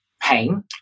pain